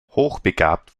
hochbegabt